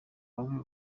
bamwe